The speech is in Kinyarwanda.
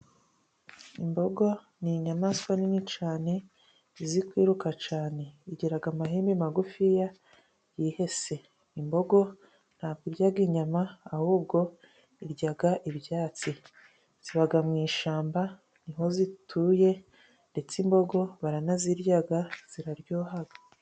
Imbogo ni inyamaswa nini cyane izi kwiruka cyane. Igira amahembe magufiya yihese. Imbogo ntabwo irya inyama ahubwo irya ibyatsi. Ziba mu ishyamba, ni ho zituye, ndetse imbogo baranazirya ziraryoha.